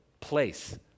place